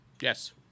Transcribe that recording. Yes